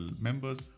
members